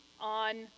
on